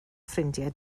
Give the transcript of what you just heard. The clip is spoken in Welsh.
ffrindiau